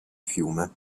fiume